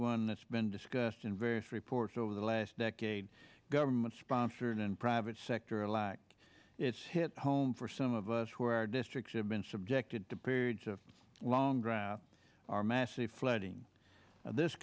one that's been discussed in various reports over the last decade government sponsored and private sector alike it's hit home for some of us where districts have been subjected to periods of long grass are massive flooding this